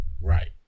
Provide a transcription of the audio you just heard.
Right